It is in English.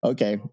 Okay